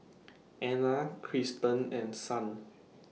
Anna Kristan and Son